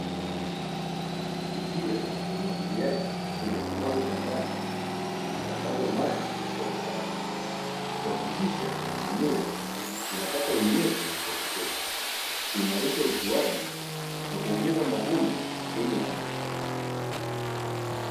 Mipira ya umwagiliaji imesambazwa shambani, ikisambaza maji kwa usawa, kuhakikisha mimea inapata unyevu wa kutosha, kuimarisha ukuaji na kuongeza mavuno yenye tija.